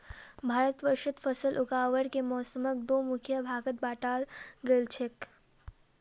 भारतवर्षत फसल उगावार के मौसमक दो मुख्य भागत बांटाल गेल छेक